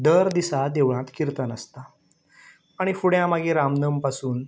दर दिसा देवळांत किर्तन आसता आनी फुडें मागीर रामनम पासून